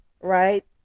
right